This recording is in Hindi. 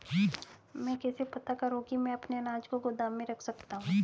मैं कैसे पता करूँ कि मैं अपने अनाज को गोदाम में रख सकता हूँ?